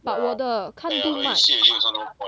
but 我的看不耐